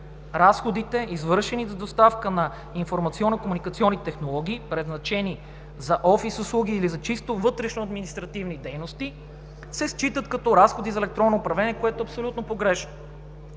разходите, извършени за доставка на информационно-комуникационни технологии, предназначени за офис услуги или за чисто вътрешноадминистративни дейности се считат като разходи за електронно управление, което е абсолютно погрешно.